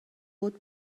بود